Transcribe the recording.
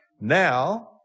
Now